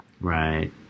Right